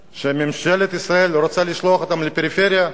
שממשלת ישראל רוצה לשלוח אותם לפריפריה,